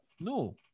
No